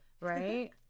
Right